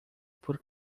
por